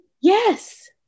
Yes